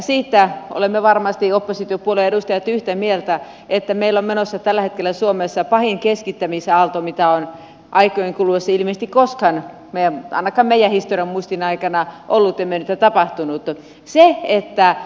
siitä olemme varmasti me oppositiopuolueiden edustajat yhtä mieltä että meillä on menossa tällä hetkellä suomessa pahin keskittämisaalto mitä on aikojen kuluessa ilmeisesti koskaan ainakaan meidän historian muistin aikana ollut mennyt ja tapahtunut